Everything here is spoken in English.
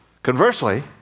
Conversely